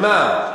של מה?